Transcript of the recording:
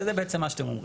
זה בעצם מה שאתם אומרים.